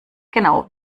genau